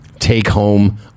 take-home